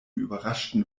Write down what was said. überraschten